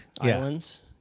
Islands